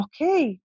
okay